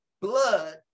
blood